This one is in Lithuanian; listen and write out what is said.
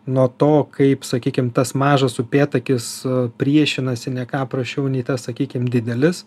nuo to kaip sakykim tas mažas upėtakis priešinasi ne ką prasčiau nei tas sakykim didelis